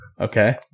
okay